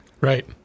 Right